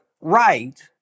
right